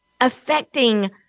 affecting